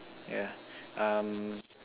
yeah um